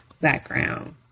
background